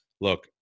look